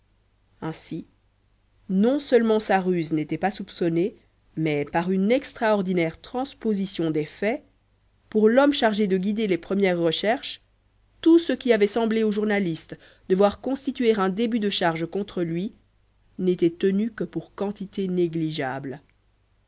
ainsi non seulement sa ruse n'était pas soupçonnée mais par une extraordinaire transposition des faits pour l'homme chargé de guider les premières recherches tout ce qui avait semblé au journaliste devoir constituer un début de charges contre lui n'était tenu que pour quantité négligeable